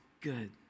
good